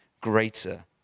greater